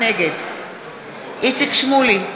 נגד איציק שמולי,